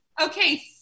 Okay